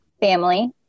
Family